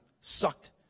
sucked